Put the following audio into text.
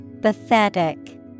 Pathetic